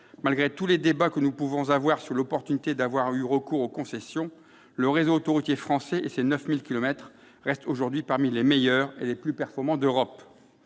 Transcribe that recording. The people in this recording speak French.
malgré tous les débats que nous pouvons avoir sur l'opportunité du recours aux concessions, le réseau autoroutier français, qui dépasse les 9 000 kilomètres, compte aujourd'hui encore parmi les meilleurs et les plus performants d'Europe.